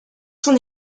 son